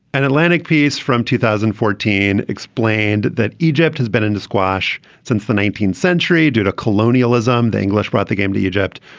an atlantic piece from two thousand and fourteen explained that egypt has been into squash since the nineteenth century due to colonialism. the english brought the game to egypt.